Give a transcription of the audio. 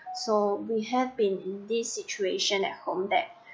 so we have been in this situation at home that